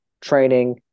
training